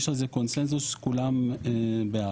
יש על זה קונצנזוס כולם בעד.